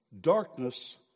darkness